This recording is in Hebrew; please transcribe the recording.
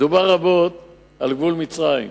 דובר רבות על גבול מצרים,